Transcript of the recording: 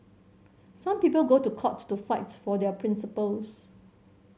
some people go to court to fight for their principles